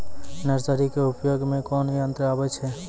Nursery के उपयोग मे कोन यंत्र आबै छै?